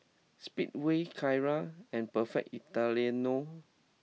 Speedway Kara and Perfect Italiano